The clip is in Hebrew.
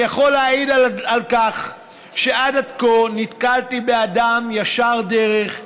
אני יכול להעיד על כך שעד כה נתקלתי באדם ישר דרך,